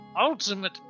Ultimate